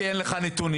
כי אין לך נתונים.